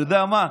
אתה יודע מה?